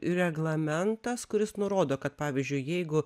reglamentas kuris nurodo kad pavyzdžiui jeigu